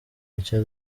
mucyo